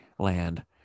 land